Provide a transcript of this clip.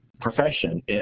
Profession